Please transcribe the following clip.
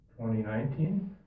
2019